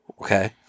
Okay